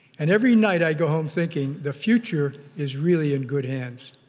and every night i go home thinking the future is really in good hands.